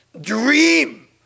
dream